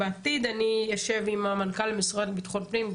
בעתיד אני אשב עם המנכ"ל למשרד לביטחון פנים,